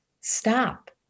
stop